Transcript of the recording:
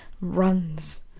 runs